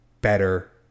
better